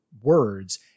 words